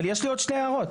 יש לי עוד שתי הערות.